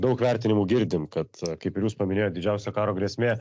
daug vertinimų girdim kad kaip ir jūs paminėjot didžiausia karo grėsmė